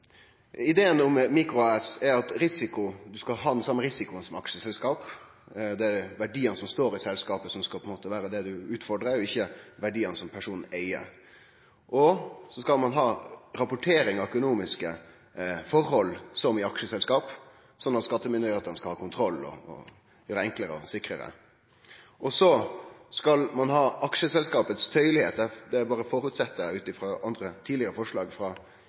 Ideen om mikro-AS er at ein skal ha den same risikoen som aksjeselskap – det er verdiane som står i selskapet, som skal vere det ein utfordrar, ikkje verdiane som personen eig. Ein skal òg ha rapportering av økonomiske forhold som i aksjeselskap, sånn at skattemyndigheitene skal ha kontroll og gjere det enklare og sikrare. Ein skal også ha den same fleksibiliteten som aksjeselskap har – det berre føreset eg ut frå andre, tidlegare forslag frå